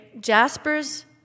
Jasper's